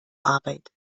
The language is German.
arbeit